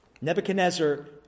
Nebuchadnezzar